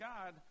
God